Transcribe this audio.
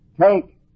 Take